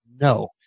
no